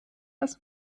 als